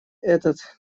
этот